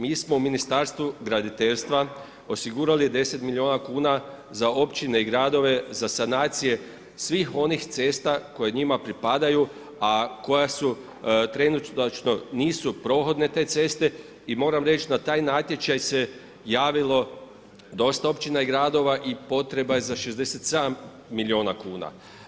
Mi smo u Ministarstvu graditeljstva osigurali 10 milijuna kuna za općine i gradove za sanacije svih onih cesta koje njima pripadaju, a koja su trenutačno nisu prohodne te ceste i moram reći na taj natječaj se javilo dosta općina i gradova i potreba je za 67 milijuna kuna.